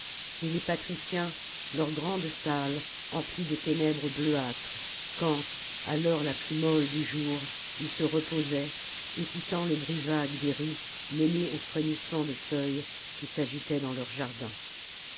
et les patriciens leurs grandes salles emplies de ténèbres bleuâtres quand à l'heure la plus molle du jour ils se reposaient écoutant le bruit vague des rues mêlé au frémissement des feuilles qui s'agitaient dans leurs jardins